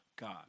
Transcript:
God